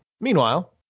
Meanwhile